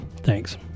Thanks